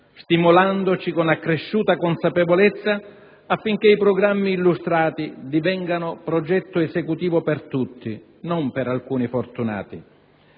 stimolandoci con accresciuta consapevolezza affinché i programmi illustrati divengano progetto esecutivo per tutti, non per alcuni fortunati.